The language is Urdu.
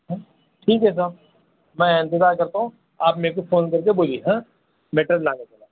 ہاں ٹھیک ہے صاحب میں انتظار کرتا ہوں آپ میرے کو فون کر کے بولیے ہاں میٹیریل لانے کے بعد